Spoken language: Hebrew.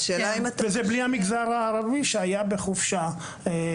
וזה בלי המגזר הערבי שהיה בחופשה.